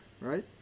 right